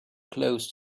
close